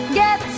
get